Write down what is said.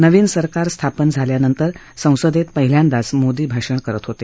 नवीन सरकार स्थापन झाल्यानंतर संसदेत पहिल्यांदाच मोदी भाषण करत होते